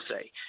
say